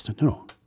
No